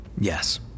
Yes